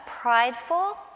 prideful